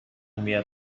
میاد